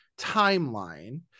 timeline